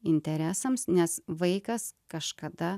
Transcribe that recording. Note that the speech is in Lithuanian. interesams nes vaikas kažkada